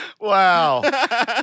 wow